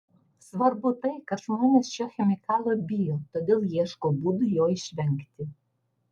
svarbu tai kad žmonės šio chemikalo bijo todėl ieško būdų jo išvengti